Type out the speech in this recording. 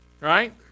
right